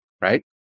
right